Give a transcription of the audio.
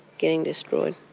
getting destroyed.